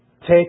take